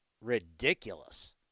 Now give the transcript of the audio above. ridiculous